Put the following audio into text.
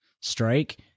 strike